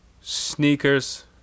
sneakers